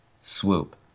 swoop